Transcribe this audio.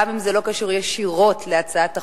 גם אם זה לא קשור ישירות להצעת החוק,